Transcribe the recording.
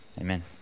Amen